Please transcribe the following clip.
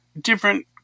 different